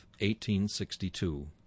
1862